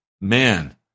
man